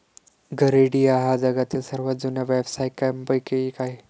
गरेडिया हा जगातील सर्वात जुन्या व्यवसायांपैकी एक आहे